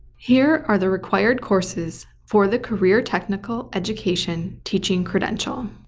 here are the required courses for the career technical education teaching credential.